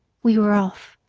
we were off.